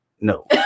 no